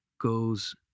goes